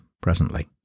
presently